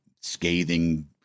scathing